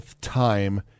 time